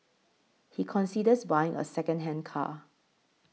he considers buying a secondhand car